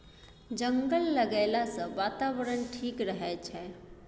जंगल लगैला सँ बातावरण ठीक रहै छै